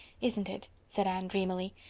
isn't it? said anne dreamily.